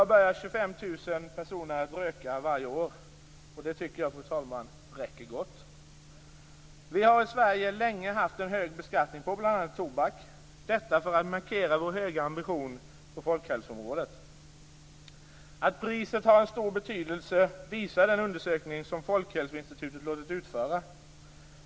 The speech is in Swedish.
Nu börjar 25 000 personer röka varje år, och det tycker jag räcker gott. Vi har i Sverige länge haft en hög beskattning på bl.a. tobak - detta för att markera vår höga ambition på folkhälsoområdet. Att priset har en stor betydelse visar den undersökning som Folkhälsoinstitutet låtit utföra.